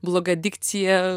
bloga dikcija